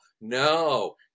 No